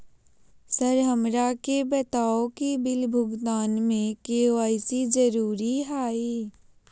Sir हमरा के बताओ कि बिल भुगतान में के.वाई.सी जरूरी हाई?